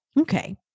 Okay